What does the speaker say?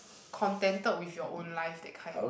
contented with your own life that kind